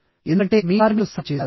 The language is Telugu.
ఎందుకంటే మీ కార్మికులు సమ్మె చేశారు